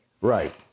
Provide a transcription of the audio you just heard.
Right